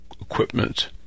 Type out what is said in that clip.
equipment